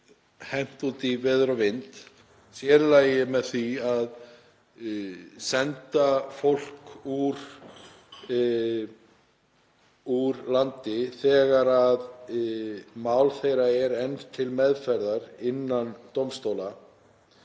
hent út í veður og vind, sér í lagi með því að senda fólk úr landi þegar mál þess er enn til meðferðar innan dómstóla.